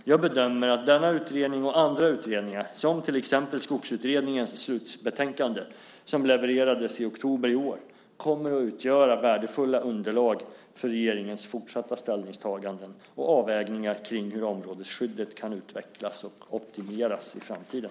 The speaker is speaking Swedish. Jag bedömer att denna utredning och andra utredningar, som till exempel Skogsutredningens slutbetänkande som levererades i oktober i år, kommer att utgöra värdefulla underlag för regeringens fortsatta ställningstaganden och avvägningar kring hur områdesskyddet kan utvecklas och optimeras i framtiden.